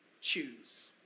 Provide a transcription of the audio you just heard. choose